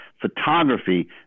photography